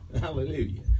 Hallelujah